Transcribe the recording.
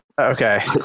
Okay